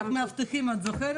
את חוק המאבטחים את זוכרת?